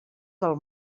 del